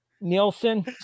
Nielsen